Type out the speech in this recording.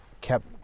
kept